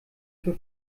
für